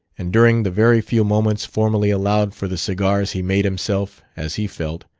and during the very few moments formally allowed for the cigars he made himself, as he felt,